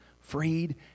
freed